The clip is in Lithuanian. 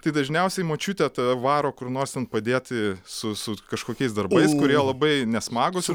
tai dažniausiai močiutė tave varo kur nors ten padėti su su kažkokiais darbais kurie labai nesmagūs